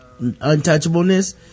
untouchableness